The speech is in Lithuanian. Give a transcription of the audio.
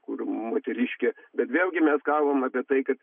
kur moteriškė bet vėlgi mes gavom apie tai kad